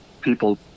people